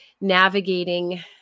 navigating